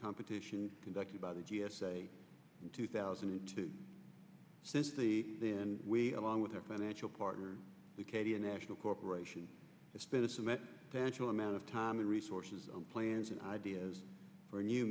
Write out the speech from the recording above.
competition conducted by the g s a in two thousand and two since the then we along with our financial partners leucadia national corporation it's been a cement tangible amount of time and resources plans and ideas for a new